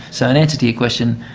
so in answer to your question,